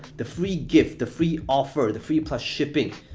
the free gift, the free offer, the free plus shipping,